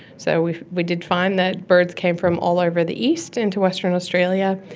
so we we did find that birds came from all over the east into western australia,